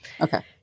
okay